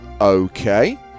Okay